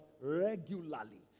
regularly